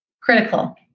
Critical